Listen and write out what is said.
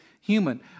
human